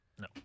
No